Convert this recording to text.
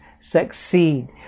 succeed